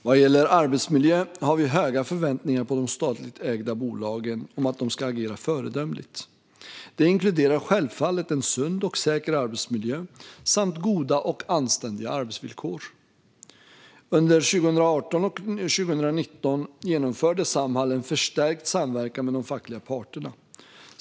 Vad gäller arbetsmiljö har vi höga förväntningar på de statligt ägda bolagen om att de ska agera föredömligt. Det inkluderar självfallet en sund och säker arbetsmiljö, samt goda och anständiga arbetsvillkor. Under 2018 och 2019 genomförde Samhall en förstärkt samverkan med de fackliga parterna.